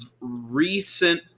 recent